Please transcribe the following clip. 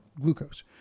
Glucose